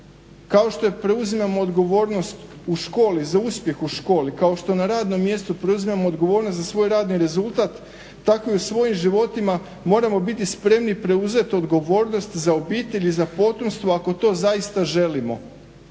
kao što preuzimamo odgovornost u školi za uspjeh u školi, kao što na radnom mjestu preuzimamo odgovornost za svoj radni rezultat tako i u svojim životima moramo biti spremni preuzeti odgovornost za obitelj i za potomstvo ako to zaista želimo.